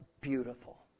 beautiful